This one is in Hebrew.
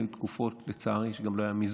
לצערי היו תקופות שגם לא היה מיזוג,